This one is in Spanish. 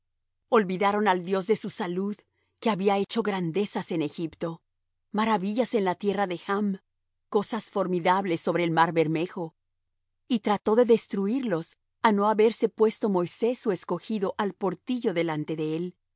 olvidaron al dios de su salud que había hecho grandezas en egipto maravillas en la tierra de chm cosas formidables sobre el mar bermejo y trató de destruirlos a no haberse puesto moisés su escogido al portillo delante de él